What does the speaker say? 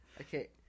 Okay